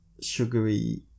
sugary